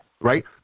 Right